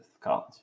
college